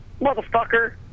Motherfucker